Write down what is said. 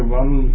one